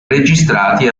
registrati